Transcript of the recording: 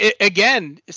Again